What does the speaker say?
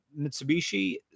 Mitsubishi